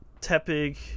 Tepig